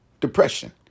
depression